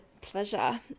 Pleasure